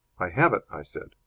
i have it! i said.